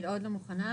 היא עוד לא מוכנה,